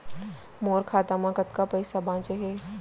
मोर खाता मा कतका पइसा बांचे हे?